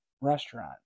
restaurant